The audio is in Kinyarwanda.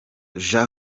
jean